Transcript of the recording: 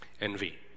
envy